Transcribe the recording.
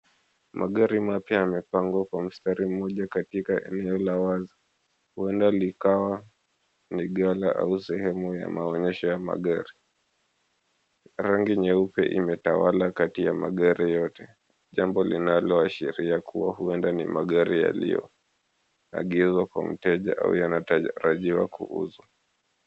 Magari mapya yamepangwa kwa mstari mmoja katika eneo la wazi. Huenda likawa ni gala au sehemu ya maonyesho ya magari. Rangi nyeupe imetawala kati ya magari yote, jambo linaloashiria kuwa huenda ni magari yaliyoagizwa kwa mteja au yanatarajiwa kuuzwa.